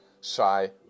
shy